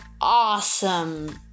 awesome